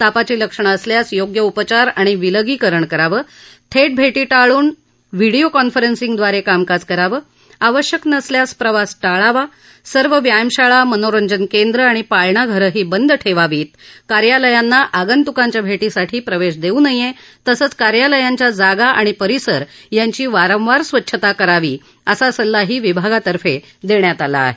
तापाची लक्षणं असल्यास योग्य उपचार आणि विलगीकरण करावं थेट भेटी टाळून व्हिडिओ कॉन्फरन्सिंगद्वारे कामकाज करावं आवश्यक नसल्यास प्रवास टाळावा सर्व व्यायामशाळा मनोरंजन केंद्र आणि पाळणाघरंही बंद ठेवावीत कार्यालयांना आंगतुकांच्या भेटीसाठी प्रवेश देऊ नये तसंच कार्यालयांच्या जागा आणि परिसर यांची वारंवार स्वच्छता करावी असा सल्लाही विभागातर्फे देण्यात आला आहे